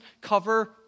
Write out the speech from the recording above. cover